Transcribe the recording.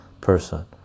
person